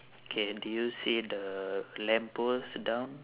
okay do you see the lamp post down